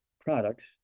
products